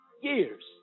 years